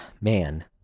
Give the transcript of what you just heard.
man